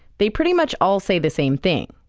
they pretty much all say the same thing.